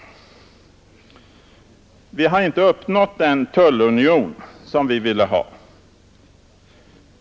Vi har inte uppnått den tullunion, som vi ville ha.